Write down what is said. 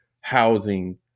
housing